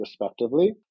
respectively